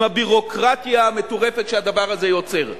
עם הביורוקרטיה המטורפת שהדבר הזה יוצר.